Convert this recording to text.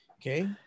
okay